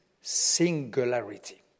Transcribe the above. singularity